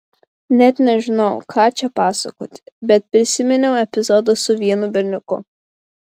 net nežinau ką čia pasakoti bet prisiminiau epizodą su vienu berniuku